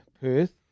Perth